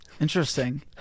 Interesting